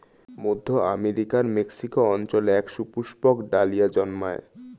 মধ্য আমেরিকার মেক্সিকো অঞ্চলে এক সুপুষ্পক ডালিয়া জন্মায়